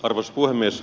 arvoisa puhemies